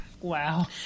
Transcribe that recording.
Wow